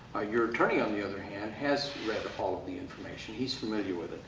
your attorney on the other hand, has read all of the information. he's familiar with it.